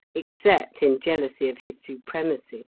except in jealousy of his supremacy.